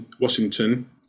Washington